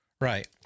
Right